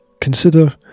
Consider